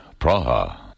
Praha